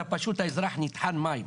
אתה פשוט האזרח נטחן מים.